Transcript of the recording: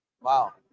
Wow